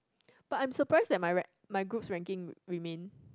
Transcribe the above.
but I'm surprised that my rank~ my group's ranking remain